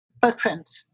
footprint